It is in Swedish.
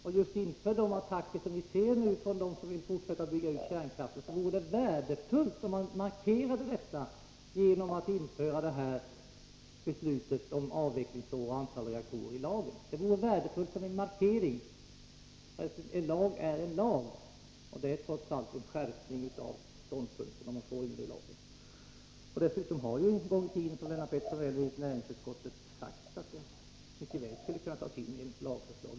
Med tanke på de attacker vi ser nu från dem som vill fortsätta att bygga ut kärnkraften vore det värdefullt om man markerade detta genom att införa i lagen det som beslutats om avvecklingsår och antal reaktorer. En lag är en lag, och det innebär trots allt en skärpning av ståndpunkten om detta skrivs in i lagen. Dessutom har ju näringsutskottet, som Lennart Pettersson sade, en gång i tiden sagt att just detta mycket väl skulle kunna tas in i ett lagförslag.